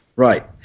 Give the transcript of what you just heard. Right